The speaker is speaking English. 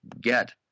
get